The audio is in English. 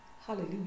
Hallelujah